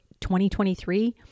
2023